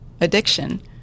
addiction